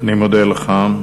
אני מודה לך.